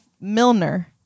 Milner